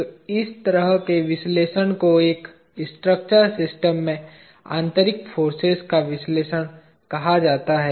तो इस तरह के विश्लेषण को एक स्ट्रक्चरल सिस्टम में आंतरिक फोर्सेज का विश्लेषण कहा जाता है